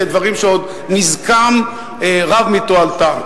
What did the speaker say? לדברים שעוד נזקם רב מתועלתם.